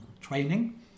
training